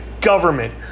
government